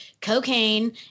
cocaine